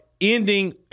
ending